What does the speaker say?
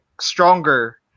stronger